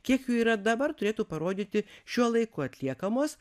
kiek jų yra dabar turėtų parodyti šiuo laiku atliekamos